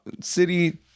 city